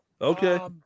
Okay